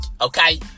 okay